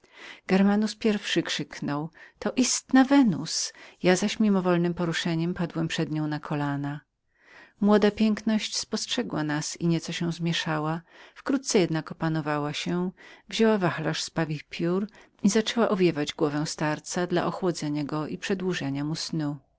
germanus pierwszy krzyknął to istna wenus ja zaś mimowolnem poruszeniem padłem przed nią na kolana młoda piękność spostrzegła nas i nieco się zmieszała wkrótce jednak uspokoiła się wzięła wachlarz z pawich piór i zaczęła owiewać głowę starca dla ochłodzenia go i przedłużenia